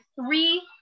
three